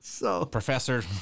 Professor